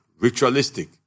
ritualistic